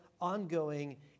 ongoing